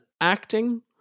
acting